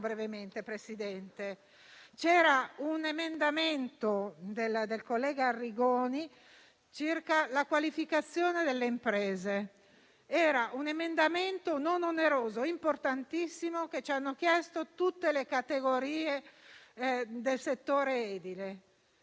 c'era un emendamento del collega Arrigoni circa la qualificazione delle imprese, un emendamento non oneroso e importantissimo che ci hanno chiesto tutte le categorie del settore edile,